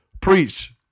Preach